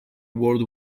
world